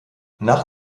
nach